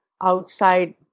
outside